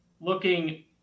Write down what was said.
looking